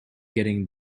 getting